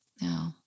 no